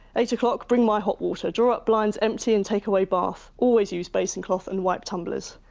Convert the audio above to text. eight o'clock, bring my hot water. draw up blinds, empty and take away bath. always use basin cloth and wipe tumblers.